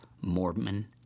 mormon